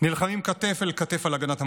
נלחמים כתף אל כתף על הגנת המולדת.